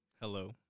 Hello